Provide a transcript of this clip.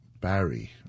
Barry